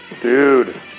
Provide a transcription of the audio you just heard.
dude